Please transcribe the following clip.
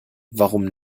warum